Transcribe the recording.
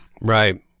Right